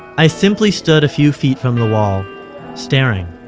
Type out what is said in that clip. i simply stood a few feet from the wall staring.